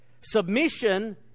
submission